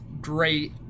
great